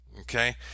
Okay